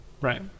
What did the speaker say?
Right